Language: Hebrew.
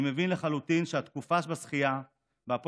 אני מבין לחלוטין שהתקופה של השחייה בהפועל